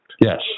Yes